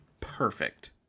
perfect